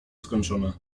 skończone